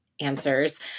answers